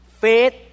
Faith